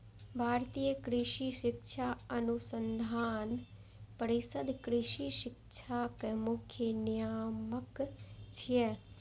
भारतीय कृषि शिक्षा अनुसंधान परिषद कृषि शिक्षाक मुख्य नियामक छियै